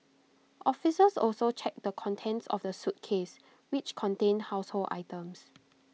officers also checked the contents of the suitcase which contained household items